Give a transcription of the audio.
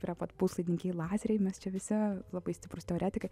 prie pat puslaidininkiai lazeriai mes čia visi labai stiprūs teoretikai